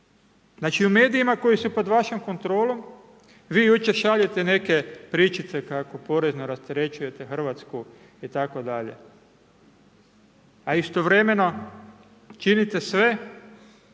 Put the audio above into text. Znači u medijima koji su pod vašom kontrolom, vi jučer šaljete neke pričice kako porezno rasterećujete Hrvatsku itd. a istovremeno činite sve